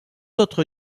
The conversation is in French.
autres